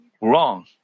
wrong